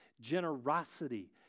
Generosity